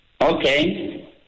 Okay